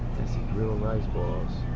some grilled rice balls